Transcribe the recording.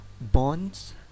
bonds